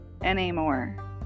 anymore